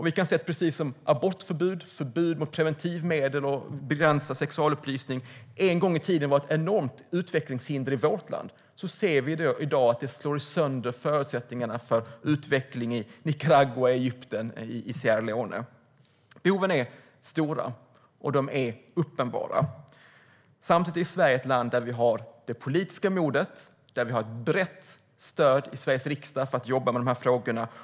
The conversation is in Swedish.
Vi ser att abortförbud, förbud mot preventivmedel och begränsad sexualupplysning, som en gång i tiden var ett enormt utvecklingshinder i vårt land, i dag slår sönder förutsättningarna för utveckling i Nicaragua, Egypten och Sierra Leone. Behoven är stora och uppenbara. Samtidigt är Sverige ett land där vi har det politiska modet och ett brett stöd i Sveriges riksdag för att jobba med SRHR.